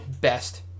best